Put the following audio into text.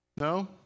No